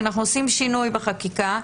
כשאנחנו עושים שינוי בחקיקה,